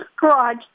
garage